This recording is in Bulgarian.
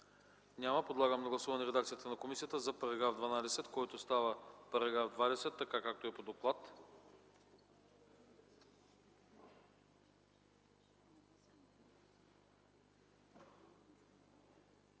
Няма. Подлагам на гласуване редакцията на комисията за § 13, който става § 21 така, както е по доклад.